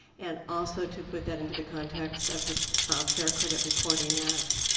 and also to put that into the context of the fair credit reporting act,